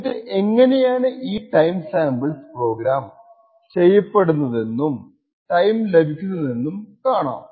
എന്നിട്ട് എങ്ങനെയാണ് ഈ ടൈം സ്റ്റാംപ്സ് പ്രോഗ്രാം ചെയ്യപ്പെടുന്നതെന്നും ടൈം ലഭിക്കുന്നതെന്നും കാണാം